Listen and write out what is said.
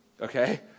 okay